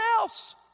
else